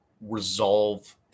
resolve